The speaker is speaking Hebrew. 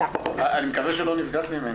בבקשה.